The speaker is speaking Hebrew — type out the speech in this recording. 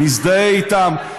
מזדהה אתם,